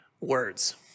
words